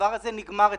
הדבר הזה נגמר אצלנו.